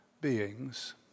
beings